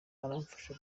aramfasha